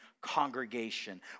congregation